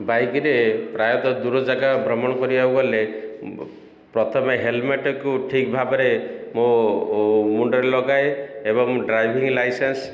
ବାଇକ୍ରେ ପ୍ରାୟତଃ ଦୂର ଜାଗା ଭ୍ରମଣ କରିବାକୁ ଗଲେ ପ୍ରଥମେ ହେଲମେଟ୍କୁ ଠିକ୍ ଭାବରେ ମୋ ମୁଣ୍ଡରେ ଲଗାଏ ଏବଂ ଡ୍ରାଇଭିଙ୍ଗ ଲାଇସେନ୍ସ